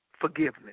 forgiveness